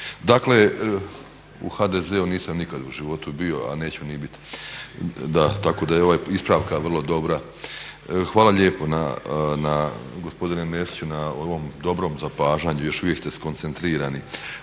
Dakle, u HDZ-u nisam nikad u životu nisam bio a neću ni bit, da tako da je ova ispravka vrlo dobra. Hvala lijepo na, gospodine Mesiću na ovom dobrom zapažanju, još uvijek ste skoncentrirani.